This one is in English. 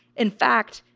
in fact,